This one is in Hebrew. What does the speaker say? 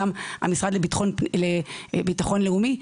גם המשרד לביטחון לאומי,